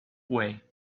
way